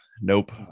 nope